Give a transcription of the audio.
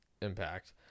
impact